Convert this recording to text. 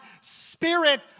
Spirit